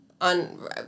on